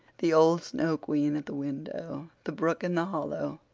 the old snow queen at the window, the brook in the hollow,